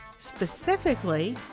specifically